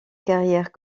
carrière